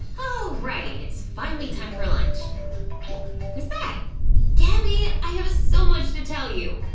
oh right it's finally time for lunch who's that gabby i have so much to tell you